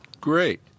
Great